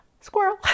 Squirrel